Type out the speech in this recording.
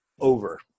over